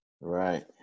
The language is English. Right